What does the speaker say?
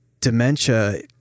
dementia